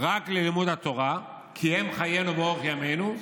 רק ללימוד התורה, כי הם חיינו ואורך ימינו,